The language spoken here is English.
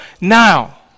now